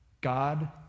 God